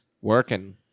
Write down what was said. working